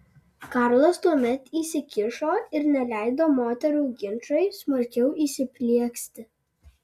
karlas tuomet įsikišo ir neleido moterų ginčui smarkiau įsiplieksti